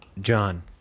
John